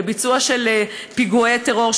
לביצוע פיגועי טרור,